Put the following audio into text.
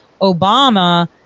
Obama